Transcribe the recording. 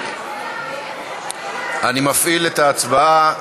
אני מפעיל את ההצבעה.